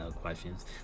questions